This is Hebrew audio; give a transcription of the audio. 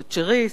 תאצ'ריסט.